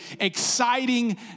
exciting